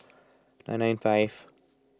nine nine five